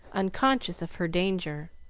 unconscious of her danger.